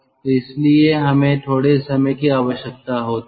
तो इसलिए हमें थोड़े समय की आवश्यकता होती है